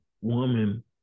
woman